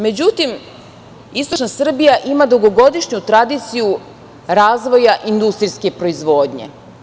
Međutim, istočna Srbija ima dugogodišnju tradiciju razvoja industrijske proizvodnje.